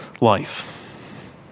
life